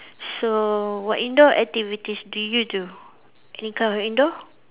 so what indoor activities do you do any kind of indoor